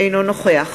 אינו נוכח